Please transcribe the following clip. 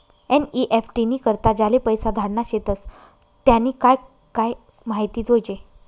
NEFT नी करता ज्याले पैसा धाडना शेतस त्यानी काय काय माहिती जोयजे